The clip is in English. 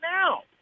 now